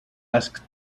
asked